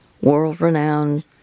world-renowned